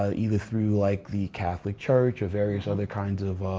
ah either through like the catholic church, or various other kinds of.